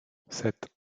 sept